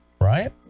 right